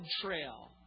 trail